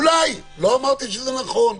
אמרתי אולי, לא אמרתי שזה נכון.